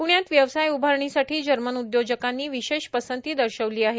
प्ण्यात व्यवसाय उभारणीसाठी जर्मन उद्योजकांनी विशेष पसंती दर्शविलेली आहे